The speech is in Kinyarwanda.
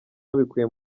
babikuye